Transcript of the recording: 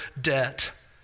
debt